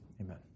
Amen